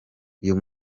uyu